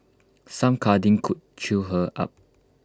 some cuddling could cheer her up